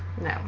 no